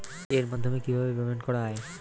এর মাধ্যমে কিভাবে পেমেন্ট করা য়ায়?